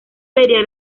feria